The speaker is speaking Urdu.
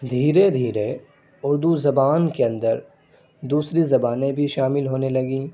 دھیرے دھیرے اردو زبان کے اندر دوسری زبانیں بھی شامل ہونے لگیں